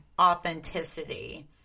authenticity